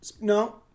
No